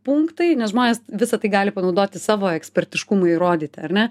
punktai nes žmonės visa tai gali panaudoti savo ekspertiškumui įrodyti ar ne